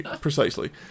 precisely